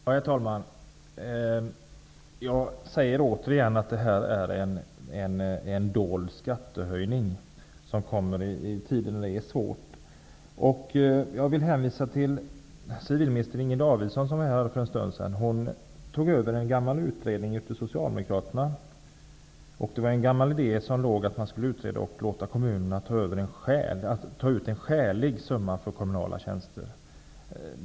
Herr talman! Jag säger återigen att detta är fråga om en dold skattehöjning då tiderna är svåra. Jag vill hänvisa till civilminister Inger Davidson. Hon tog över en gammal utredning från Socialdemokraternas tid. Där fanns en gammal idé om att låta kommunerna ta ut en ''skälig'' avgift för kommunala tjänster.